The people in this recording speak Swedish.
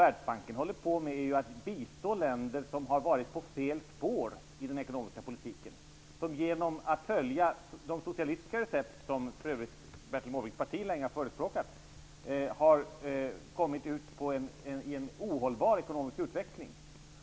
Världsbanken håller ju på med att bistå länder som har hamnat på fel spår i den ekonomiska politiken, länder som, genom att följa de socialistiska recept som för övrigt Bertil Måbrinks parti länge har förespråkat, har hamnat i en ohållbar ekonomisk utveckling.